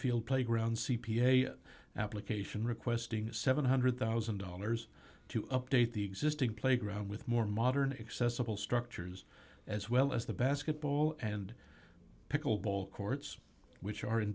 feel playground c p a application requesting seven hundred thousand dollars to update the existing playground with more modern accessible structures as well as the basketball and pickle ball courts which are in